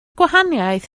gwahaniaeth